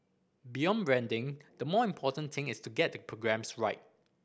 beyond branding the more important thing is to get the programmes right